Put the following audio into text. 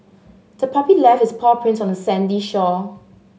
the puppy left its paw prints on the sandy shore